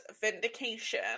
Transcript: Vindication